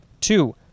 Two